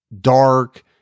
dark